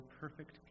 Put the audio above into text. perfect